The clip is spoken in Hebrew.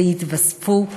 ויתווספו עוד.